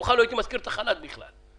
במקומך לא הייתי מזכיר בכלל את החל"ת.